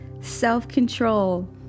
self-control